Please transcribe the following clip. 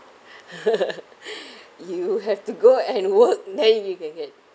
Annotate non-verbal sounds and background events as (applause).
(laughs) (breath) you have to go and work then you can get